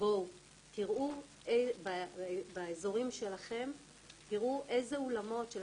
על המועצות האזוריות והמקומיות שהן